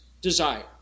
desire